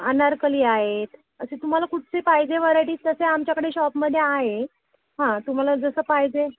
अनारकली आहेत असे तुम्हाला कुठचे पाहिजे व्हरायटीज तसे आमच्याकडे शॉपमध्ये आहे हां तुम्हाला जसं पाहिजे